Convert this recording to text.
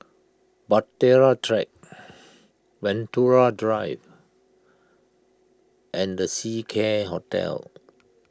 Bahtera Track Venture Drive and the Seacare Hotel